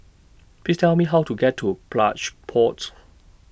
Please Tell Me How to get to Plush Pods